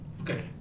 okay